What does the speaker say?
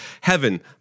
heaven